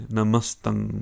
Namastang